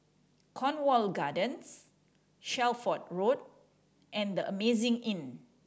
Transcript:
Cornwall Gardens Shelford Road and The Amazing Inn